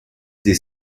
des